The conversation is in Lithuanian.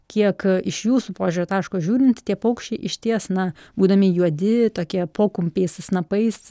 kiek iš jūsų požiūrio taško žiūrint tie paukščiai išties na būdami juodi tokie pokumpiais snapais